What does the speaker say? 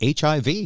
hiv